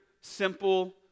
simple